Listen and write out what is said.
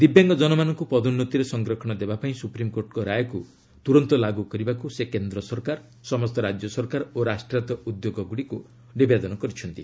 ଦିବ୍ୟାଙ୍ଗ ଜନମାନଙ୍କୁ ପଦୋନ୍ନତିରେ ସଂରକ୍ଷଣ ଦେବା ପାଇଁ ସୁପ୍ରିମ୍କୋର୍ଟଙ୍କ ରାୟକୁ ତୁରନ୍ତ ଲାଗୁ କରିବାକୁ ସେ କେନ୍ଦ୍ର ସରକାର ସମସ୍ତ ରାଜ୍ୟ ସରକାର ଓ ରାଷ୍ଟ୍ରାୟତ ଉଦ୍ୟୋଗଗୁଡ଼ିକୁ ନିବେଦନ କରିଛନ୍ତି